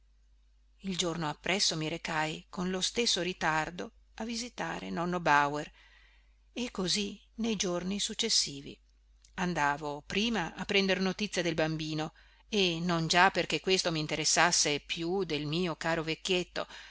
il giorno appresso mi recai con lo stesso ritardo a visitare nonno bauer e così nei giorni successivi andavo prima a prender notizia del bambino e non già perché questo mi interessasse più del mio caro vecchietto